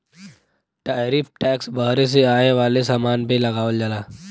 tariff tax बहरे से आये वाले समान पे लगावल जाला